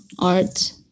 art